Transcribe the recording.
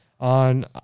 on